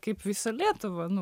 kaip visa lietuva nu